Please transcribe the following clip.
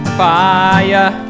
fire